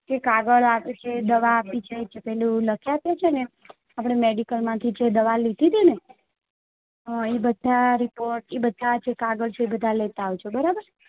એ કાગળ આપ્યું છે દવા આપી છે જે પેલું લખી આપ્યું છે ને આપણે મેડિકલમાંથી જે દવા લીધી હતી ને હં એ બધા રીપોર્ટ એ બધા જે કાગળ છે એ બધા લેતાં આવજો બરાબર